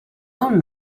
own